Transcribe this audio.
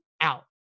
out